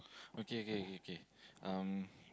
okay okay okay okay um